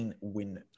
win